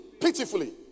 pitifully